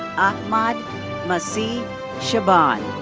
ahmad masih shaban.